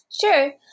Sure